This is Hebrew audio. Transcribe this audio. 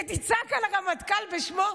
שתצעק על הרמטכ"ל בשמו?